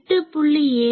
8